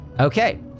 Okay